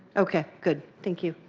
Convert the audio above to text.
okay, good. thank you.